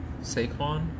Saquon